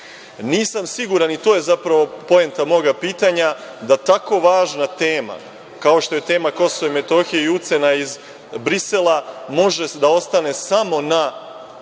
siguran, i to je zapravo poenta moga pitanja, da tako važna tema kao što je tema Kosova i Metohije i ucena iz Brisela može da ostane samo na